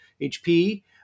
HP